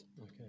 Okay